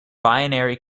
binary